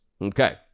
Okay